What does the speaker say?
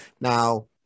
Now